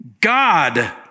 God